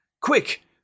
Quick